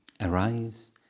Arise